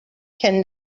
can